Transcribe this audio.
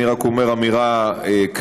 אני רק אומר אמירה כללית,